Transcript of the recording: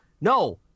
No